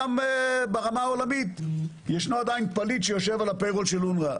וברמה העולמית יש עדיין פליט שיושב על ה-payroll של אונר"א.